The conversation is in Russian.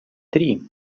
три